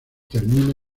termina